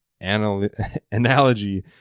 analogy